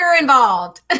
involved